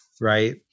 Right